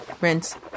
Rinse